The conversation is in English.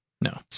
No